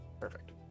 Perfect